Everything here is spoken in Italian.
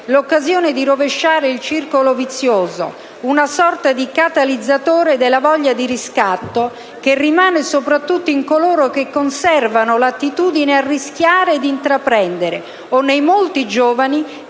l'occasione di rovesciare il circolo vizioso, una sorta di catalizzatore della voglia di riscatto che rimane soprattutto in coloro che conservano l'attitudine a rischiare e ad intraprendere o nei molti giovani